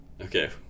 Okay